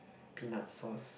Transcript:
peanut sauce